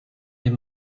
est